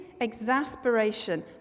exasperation